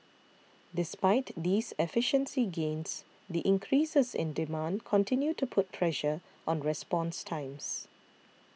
despite these efficiency gains the increases in demand continue to put pressure on response times